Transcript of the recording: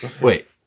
wait